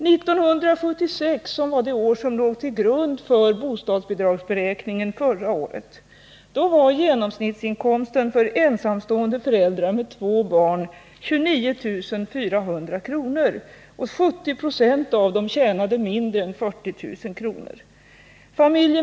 1976 är det år som låg till grund för bostadsbidragsberäkningen förra året. Då var genomsnittsinkomsten för ensamstående föräldrar med två barn 29 400 kr. 70 26 av dem tjänade mindre än 40 000 kr.